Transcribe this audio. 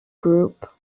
group